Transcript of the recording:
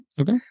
Okay